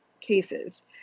cases